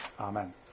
Amen